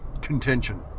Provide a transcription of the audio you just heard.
contention